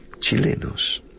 chilenos